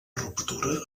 ruptura